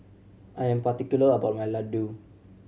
I am particular about my Ladoo